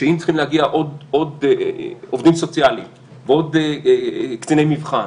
שאם צריכים להגיע עוד עובדים סוציאליים ועוד קציני מבחן